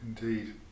Indeed